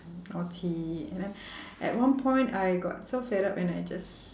naughty and then at one point I got so fed up and I just